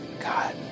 God